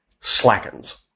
slackens